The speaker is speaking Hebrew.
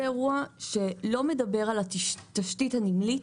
זה אירוע שלא מדבר על התשתית הנמלית,